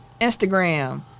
Instagram